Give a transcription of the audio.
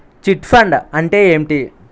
Chit fund అంటే ఏంటి?